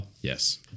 Yes